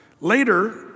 Later